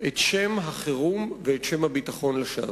את שם החירום ואת שם הביטחון לשווא.